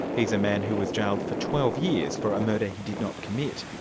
he's a man who was jailed for twelve years for a murder he did not commit.